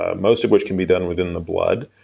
ah most of which can be done within the blood,